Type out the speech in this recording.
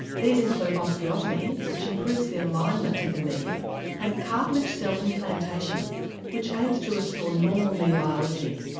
these include osteotomy, which improves the alignment of the knee and cartilage cell implantation which aims to restore normal knee biology.